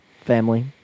family